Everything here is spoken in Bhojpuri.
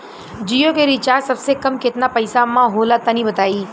जियो के रिचार्ज सबसे कम केतना पईसा म होला तनि बताई?